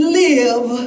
live